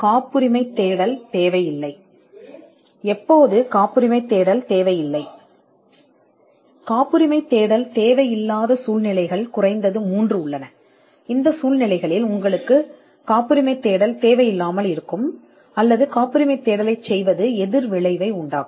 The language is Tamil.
காப்புரிமைத் தேடல் தேவைப்படாதபோது குறைந்தது மூன்று வழக்குகள் உள்ளன அங்கு உங்களுக்கு காப்புரிமைத் தேடல் தேவையில்லை அல்லது காப்புரிமைத் தேடலைச் செய்வது எதிர் விளைவிக்கும்